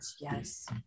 yes